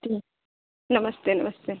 ठीक नमस्ते नमस्ते